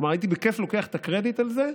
כלומר, הייתי בכיף לוקח את הקרדיט על זה,